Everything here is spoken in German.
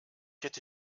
hätte